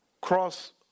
cross